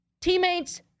teammates